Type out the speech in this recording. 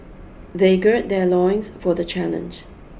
they gird their loins for the challenge